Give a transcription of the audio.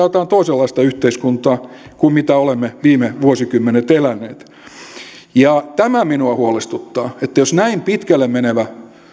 jotain toisenlaista yhteiskuntaa kuin mitä olemme viime vuosikymmenet eläneet tämä minua huolestuttaa että jos näin pitkälle menevä